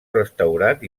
restaurat